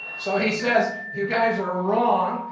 so he says, you guys are wrong.